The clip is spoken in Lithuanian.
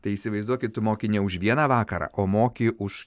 tai įsivaizduokit tu moki ne už vieną vakarą o moki už